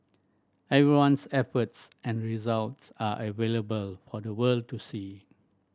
everyone's efforts and results are available for the world to see